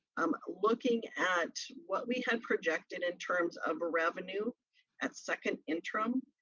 um looking at what we had projected in terms of a revenue at second interim,